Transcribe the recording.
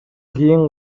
кийин